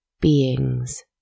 Beings